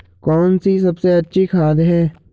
कौन सी सबसे अच्छी खाद है?